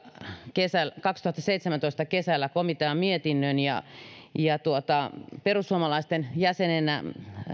kesällä kaksituhattaseitsemäntoista komiteanmietinnön perussuomalaisten jäsenenä